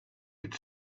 could